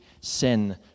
sin